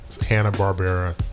Hanna-Barbera